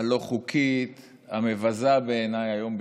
הלא-חוקית, המבזה בעיניי, היום בירושלים.